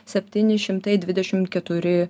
septyni šimtai dvidešim keturi